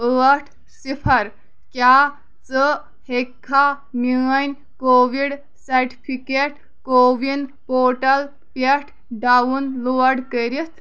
ٲٹھ صِفَر کیٛاہ ژٕ ہیٚکِکھا میٛٲنۍ کووِڈ سرٹیفکیٹ کووِن پورٹل پٮ۪ٹھ ڈاؤن لوڈ کٔرِتھ